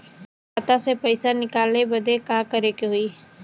खाता से पैसा निकाले बदे का करे के होई?